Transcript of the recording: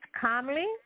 calmly